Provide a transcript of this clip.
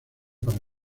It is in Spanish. para